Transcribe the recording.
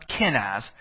Kenaz